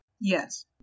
Yes